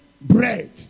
bread